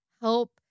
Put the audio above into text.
help